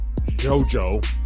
JoJo